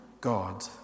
God